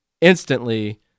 instantly